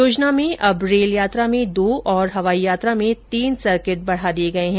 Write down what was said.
योजना में अब रेल यात्रा में दो और हवाई यात्रा में तीन सर्किट बढा दिये गये हैं